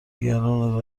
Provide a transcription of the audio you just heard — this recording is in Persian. دیگران